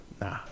Nah